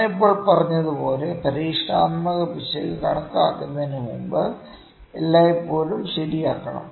ഞാൻ ഇപ്പോൾ പറഞ്ഞതുപോലെ പരീക്ഷണാത്മക പിശക് കണക്കാക്കുന്നതിനുമുമ്പ് എല്ലായ്പ്പോഴും ശരിയാക്കണം